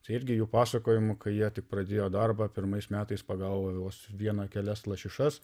tai irgi jų pasakojimu kai jie tik pradėjo darbą pirmais metais pagavo vos vieną kelias lašišas